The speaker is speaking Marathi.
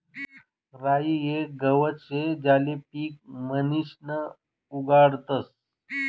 राई येक गवत शे ज्याले पीक म्हणीसन उगाडतस